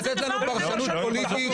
-- ולתת לנו פרשנות פוליטית.